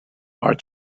are